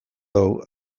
dugu